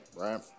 right